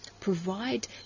provide